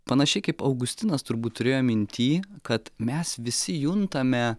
panašiai kaip augustinas turbūt turėjo minty kad mes visi juntame